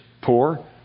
poor